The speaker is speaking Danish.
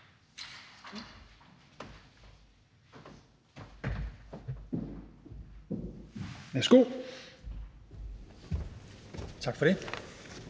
af. Tak for det.